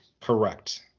Correct